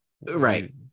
Right